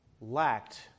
lacked